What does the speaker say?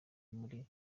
muri